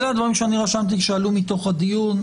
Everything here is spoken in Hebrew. אלה הדברים שרשמתי שעלו מתוך הדיון,